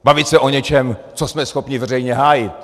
Bavit se o něčem, co jsme schopni veřejně hájit.